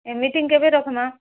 ଏ meeting କେବେ ରଖମା